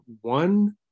one